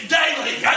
daily